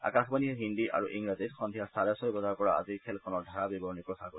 আকাশবাণীয়ে হিন্দী আৰু ইংৰাজীত সন্ধিয়া চাৰে ছয় বজাৰ পৰা আজিৰ খেলখনৰ ধাৰা বিৱৰণী প্ৰচাৰ কৰিব